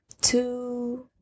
two